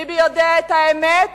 ביבי יודע את האמת,